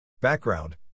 Background